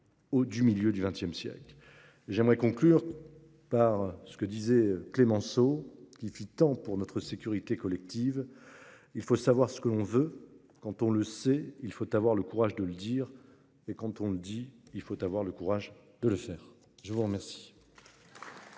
du milieu du XXsiècle. Pour conclure, je citerai Clemenceau, qui fit tant pour notre sécurité collective :« Il faut savoir ce que l'on veut. Quand on le sait, il faut avoir le courage de le dire ; quand on le dit, il faut avoir le courage de le faire. » La parole